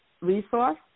resource